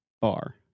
bar